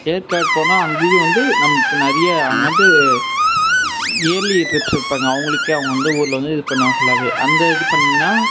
ஏற்காடு போனால் அங்கேயும் வந்து நமக்கு நிறைய அங்கே வந்து இயர்லி ட்ரிப்ஸ் வைப்பாங்க அவங்களுக்கே அவங்க எந்த ஊர்ல வந்து இது பண்ணால் அந்த இது பண்ணீங்கனா